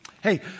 Hey